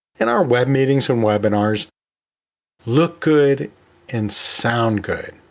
in our web meetings and webinars look good and sound good.